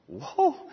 Whoa